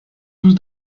tous